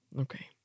Okay